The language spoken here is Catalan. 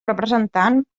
representant